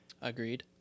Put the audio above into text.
Agreed